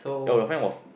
oh your friend was